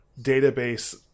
database